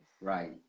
Right